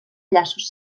llaços